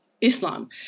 Islam